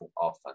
often